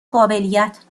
قابلیت